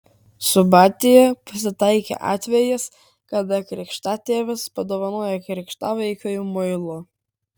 subatėje pasitaikė atvejis kada krikštatėvis padovanojo krikštavaikiui muilo